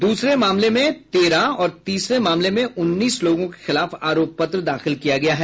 दूसरे मामले में तेरह और तीसरे मामले में उन्नीस लोगों के खिलाफ आरोप पत्र दाखिल किया गया है